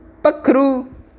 पक्खरू